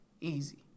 Easy